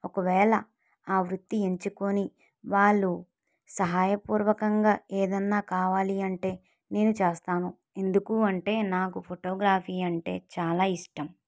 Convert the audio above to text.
ఒకవేళ ఆ వృత్తి ఎంచుకొని వాళ్లు సహాయ పూర్వకంగా ఏదైనా కావాలి అంటే నేను చేస్తాను ఎందుకు అంటే నాకు ఫోటోగ్రఫీ అంటే చాలా ఇష్టం